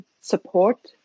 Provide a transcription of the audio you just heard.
support